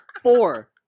Four